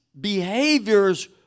behaviors